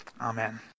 Amen